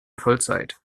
vollzeit